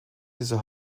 dieser